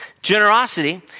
Generosity